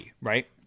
right